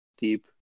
Deep